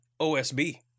OSB